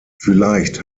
vielleicht